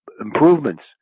improvements